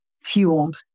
fueled